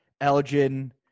Elgin